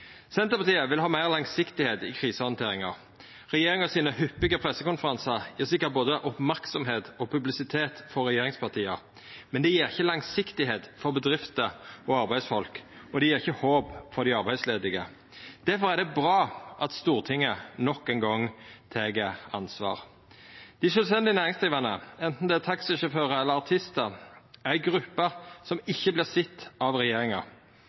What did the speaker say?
Senterpartiet vil ha meir langsiktigheit i krisehandteringa. Regjeringa sine hyppige pressekonferansar gjev sikkert både merksemd og publisitet for regjeringspartia, men det gjev ikkje langsiktigheit for bedrifter og arbeidsfolk, og det gjev ikkje håp for dei arbeidsledige. Difor er det bra at Stortinget nok ein gong tek ansvar. Dei sjølvstendig næringsdrivande, anten det er taxisjåførar eller artistar, er ei gruppe som ikkje vert sett av regjeringa.